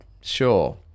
sure